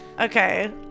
Okay